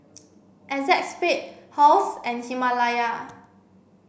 ACEXSPADE Halls and Himalaya